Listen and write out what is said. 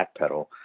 backpedal